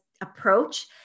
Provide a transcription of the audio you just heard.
approach